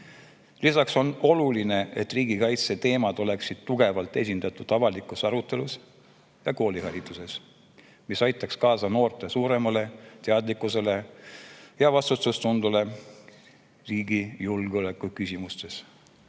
Lisaks on oluline, et riigikaitse teemad oleksid tugevalt esindatud avalikus arutelus ja koolihariduses, mis aitaks kaasa noorte suuremale teadlikkusele ja vastutustundele riigi julgeoleku küsimustes.